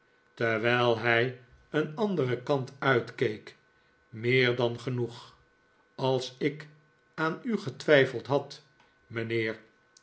terwijl hij een anderen kant uitkeek meer dan genoeg als ik aan u getwijfeld had mijnheer